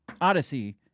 Odyssey